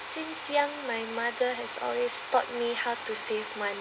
since young my mother has always taught me how to save money